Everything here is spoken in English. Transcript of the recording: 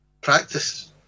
Practice